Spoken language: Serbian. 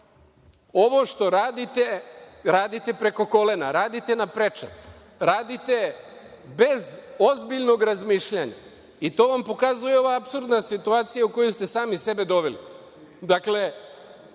što radite, radite preko kolena. Radite naprečac. Radite bez ozbiljnog razmišljanja. To vam pokazuje ova apsurdna situacija u koju ste sami sebe doveli. Kada